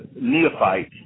neophyte